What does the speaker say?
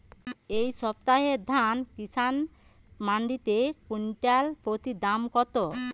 এই সপ্তাহে ধান কিষান মন্ডিতে কুইন্টাল প্রতি দাম কত?